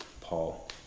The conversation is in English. Paul